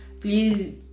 please